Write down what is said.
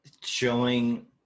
showing